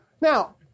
Now